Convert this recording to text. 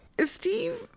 Steve